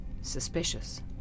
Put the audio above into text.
suspicious